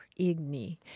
igni